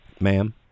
ma'am